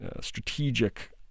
strategic